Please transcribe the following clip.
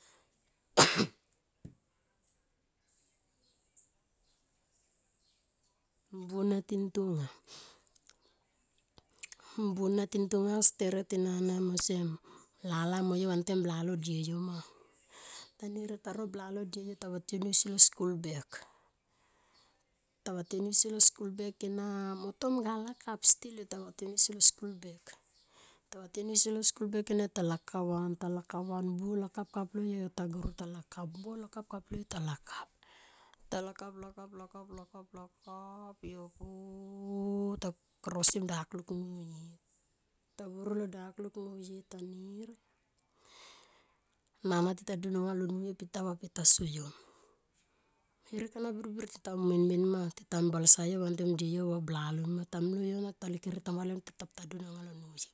mbuo na tin tonga. mbuo na tin tonga steret ena na em lala moyo wantem bala die yo ma. Tanir yo taro blalo die yo ta uationi ausi lo skul bek. Ta vatiou ni ausi lo skul bek ena a laka van ta laka van mbuo lakap kap lo yo. yo vuru ta lakap mbuo lakap kaplo yo ta lakap. Ta lakap takap lakap lakap yo pu ta krosim dakuluk nuye. Ta vuri lo dakulik nuye ta nir nana ta dan anga lo nuye be ti ta va pe ti ta soyo. Herek ana birbir teta umen men ma ta malasa yo vantem die yo vantem blalon ma. Tomlo yona ta likere tambali tita pu ta dun alo nuye.